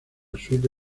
suite